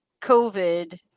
COVID